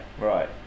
right